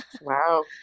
Wow